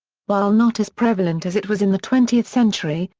while not as prevalent as it was in the twentieth century,